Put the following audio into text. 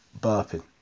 burping